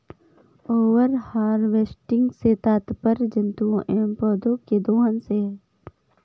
over harvesting से तात्पर्य जंतुओं एंव पौधौं के दोहन से है